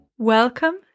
Welcome